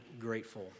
grateful